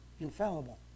infallible